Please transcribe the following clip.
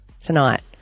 tonight